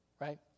right